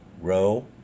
row